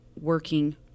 working